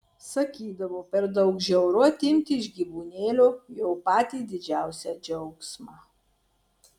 sakydavo per daug žiauru atimti iš gyvūnėlio jo patį didžiausią džiaugsmą